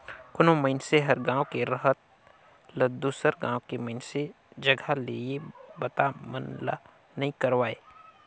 कोनो मइनसे हर गांव के रहत ल दुसर गांव के मइनसे जघा ले ये बता मन ला नइ करवाय